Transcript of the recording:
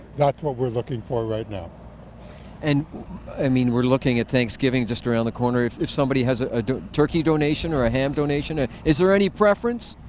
that's what we're looking for right now. kc and i mean, we're looking at thanksgiving just around the corner, if if somebody has ah a turkey donation or a ham donation, is there any preference?